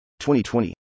2020